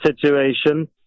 situation